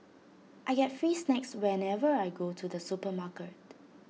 I get free snacks whenever I go to the supermarket